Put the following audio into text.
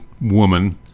woman